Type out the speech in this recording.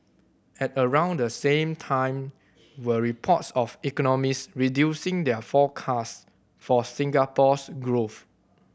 at around the same time were reports of economists reducing their forecast for Singapore's growth